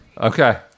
Okay